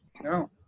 No